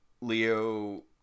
Leo